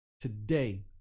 Today